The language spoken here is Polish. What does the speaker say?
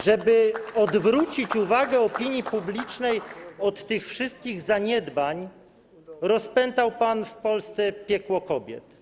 Żeby odwrócić uwagę opinii publicznej od tych wszystkich zaniedbań, rozpętał pan w Polsce piekło kobiet.